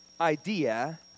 idea